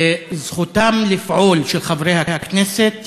זכותם של חברי הכנסת